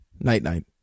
Night-night